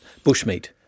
bushmeat